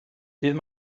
dydd